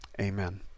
amen